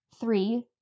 Three